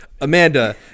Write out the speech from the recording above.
Amanda